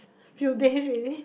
few days already